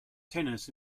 tennis